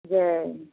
जाए